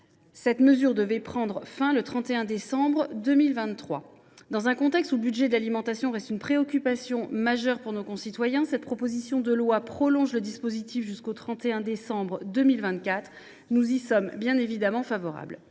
l’inflation, devait prendre fin le 31 décembre 2023. Dans un contexte où le budget de l’alimentation reste une préoccupation majeure pour nos concitoyens, cette proposition de loi a pour objet de prolonger le dispositif jusqu’au 31 décembre 2024. Nous y sommes bien évidemment favorables.